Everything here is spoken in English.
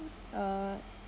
uh